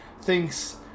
thinks